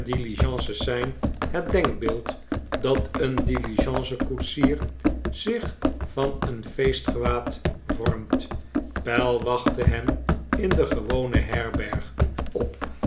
diligences zijn het denkbeeld dat een diligencekoetsier zich van een feestgewaad vormt pell wachtte hen in de gewone herberg op